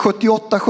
78